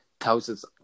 thousands